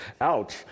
Ouch